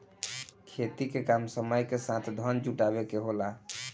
खेती के काम समय के साथ धन जुटावे के होला